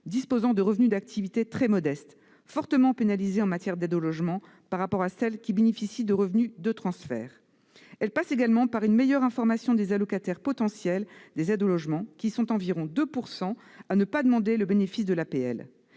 disposant de revenus d'activité très modestes, fortement pénalisées en matière d'aide au logement par rapport à celles qui bénéficient de revenus de transfert. Elle passe également par une meilleure information des allocataires potentiels des aides au logement, qui sont environ 2 % à ne pas demander le bénéfice de l'APL